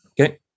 Okay